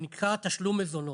שנקרא תשלום מזונות.